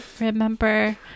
remember